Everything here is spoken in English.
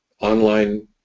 online